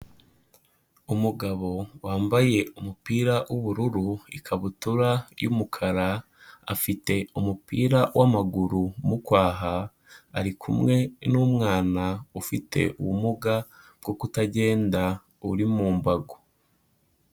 Umugabo wambaye umupira w'ubururu ikabutura y'umukara, afite umupira wa amaguru mu kwaha ari kumwe numwana ufite ubumuga bwo kutagenda uri mu mbago.